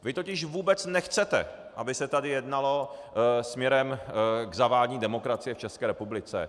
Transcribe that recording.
Vy totiž vůbec nechcete, aby se tady jednalo směrem k zavádění demokracie v České republice.